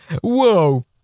whoa